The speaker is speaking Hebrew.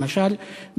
למשל,